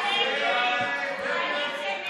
רבניים (נישואין וגירושין) (תיקון מס'